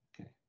Okay